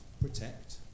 protect